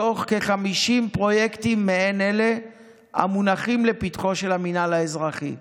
מתוך כ-50 פרויקטים מעין אלה המונחים לפתחו של המינהל האזרחי.